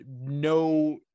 no